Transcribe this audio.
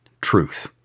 truth